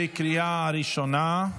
בקריאה ראשונה.